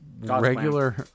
regular